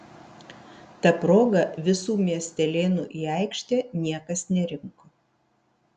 ta proga visų miestelėnų į aikštę niekas nerinko